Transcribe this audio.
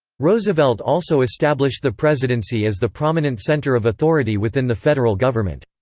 roosevelt also established the presidency as the prominent center of authority within the federal government.